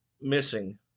missing